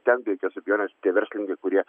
ten be jokios abejonės tie verslininkai kurie